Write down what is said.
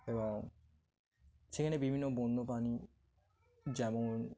এবং সেখানে বিভিন্ন বন্যপ্রাণী যেমন